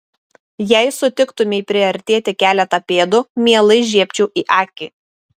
jei sutiktumei priartėti keletą pėdų mielai žiebčiau į akį